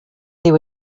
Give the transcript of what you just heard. there